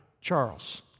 Charles